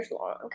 long